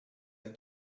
ein